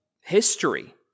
history